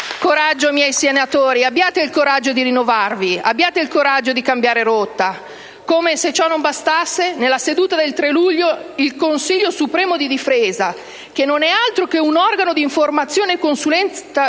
Coraggio, miei senatori, abbiate il coraggio di rinnovarvi, abbiate il coraggio di cambiare rotta! Come se ciò non bastasse, nella seduta del 3 luglio il Consiglio supremo di difesa, che non è altro che un organo di informazione e consulenza